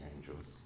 angels